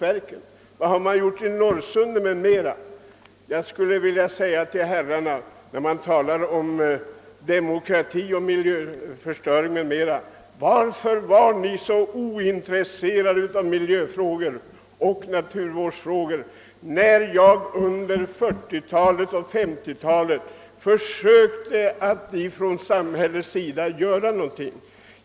Vilka åtgärder har man vidtagit i Norrsundet och på andra platser med liknande problem? Jag vill fråga de herrar som nu talar om miljöförstöringen varför ni var så ointresserade av miljövårdsfrågor när jag på 1940-talet och 1950-talet försökte få samhället att vidta åtgärder på detta område?